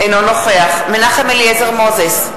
אינו נוכח מנחם אליעזר מוזס,